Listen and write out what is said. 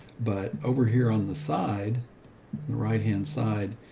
but over here on the side, the right hand side,